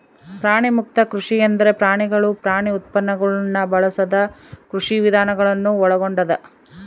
ಪ್ರಾಣಿಮುಕ್ತ ಕೃಷಿ ಎಂದರೆ ಪ್ರಾಣಿಗಳು ಪ್ರಾಣಿ ಉತ್ಪನ್ನಗುಳ್ನ ಬಳಸದ ಕೃಷಿವಿಧಾನ ಗಳನ್ನು ಒಳಗೊಂಡದ